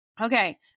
Okay